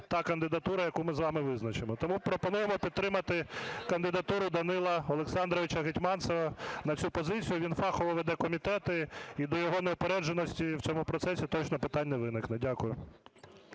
та кандидатура, яку ми з вами визначимо. Тому пропонуємо підтримати кандидатуру Данила Олександровича Гетманцева на цю позицію, він фахово веде комітети і до його неупередженості в цьому процесі точно питань не виникне. Дякую.